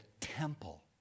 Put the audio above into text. temple